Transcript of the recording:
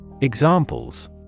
Examples